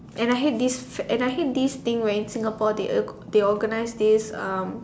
and I hate this fac~ and I hate this thing where in Singapore they they org~ organise this um